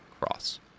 cross